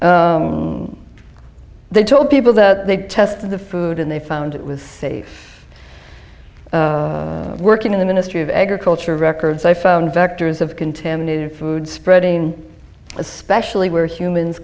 they told people that they tested the food and they found it was safe working in the ministry of agriculture records i found vectors of contaminated food spreading especially where humans